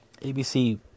ABC